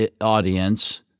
audience